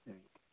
हॅं